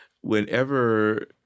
whenever